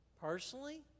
Personally